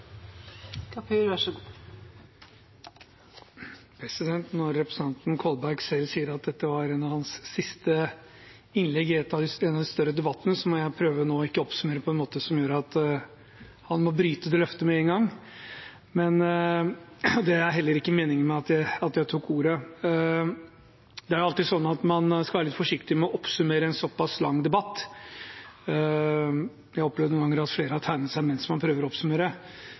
en av de større debattene, må jeg prøve ikke å oppsummere på en måte som gjør at han må bryte det løftet med en gang. Det var heller ikke meningen med at jeg tok ordet. Det er alltid sånn at man skal være litt forsiktig med å oppsummere en så pass lang debatt. Jeg har opplevd noen ganger at flere har tegnet seg mens man prøver